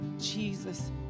Jesus